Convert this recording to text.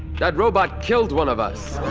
that robot killed one of us!